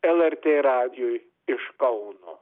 lrt radijui iš kauno